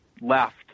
left